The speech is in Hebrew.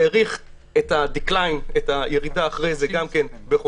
והאריך את הירידה אחרי זה גם בחודשיים.